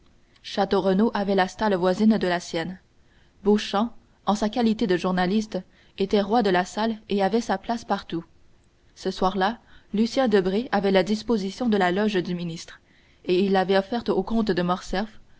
château renaud avait la stalle voisine de la sienne beauchamp en sa qualité de journaliste était roi de la salle et avait sa place partout ce soir-là lucien debray avait la disposition de la loge du ministre et il l'avait offerte au comte de morcerf